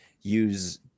use